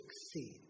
succeed